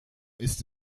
ist